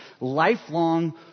lifelong